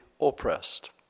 oppressed